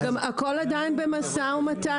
זה הכול במשא ומתן.